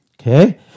Okay